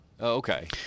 okay